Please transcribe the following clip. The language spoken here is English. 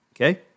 Okay